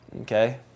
Okay